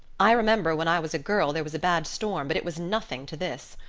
i remember when i was a girl there was a bad storm, but it was nothing to this.